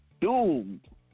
doomed